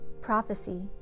prophecy